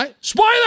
Spoiler